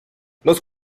los